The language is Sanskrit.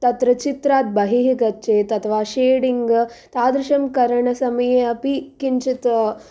तत्र चित्रात् बहिः गच्छेत् अथवा शेडिङ्ग् तादृशं करणसमये अपि किञ्चित्